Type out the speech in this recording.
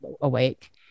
awake